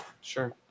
Sure